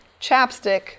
chapstick